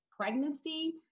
pregnancy